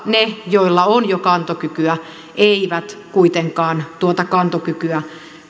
ne joilla on jo kantokykyä eivät kuitenkaan tuota kantokykyä